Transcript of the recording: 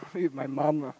feed my mum lah